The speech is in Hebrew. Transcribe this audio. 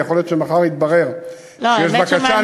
ויכול להיות שמחר יתברר שיש בקשה,